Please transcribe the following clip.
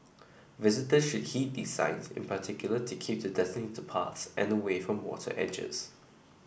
visitors should heed these signs in particular to keep to designated paths and away from water edges